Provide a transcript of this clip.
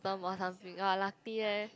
thumb or something !wah! lucky eh